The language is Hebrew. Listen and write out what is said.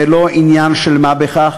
זה לא עניין של מה בכך.